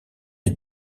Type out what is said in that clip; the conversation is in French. est